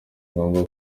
ngombwa